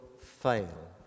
fail